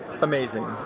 Amazing